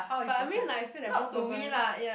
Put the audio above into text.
but I mean like I feel like both of us